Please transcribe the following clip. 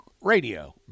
radio